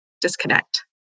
disconnect